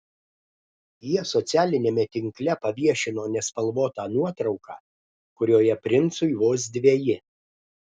jie socialiniame tinkle paviešino nespalvotą nuotrauką kurioje princui vos dveji